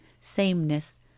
sameness